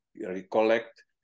recollect